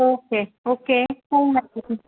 okay okay